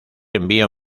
envío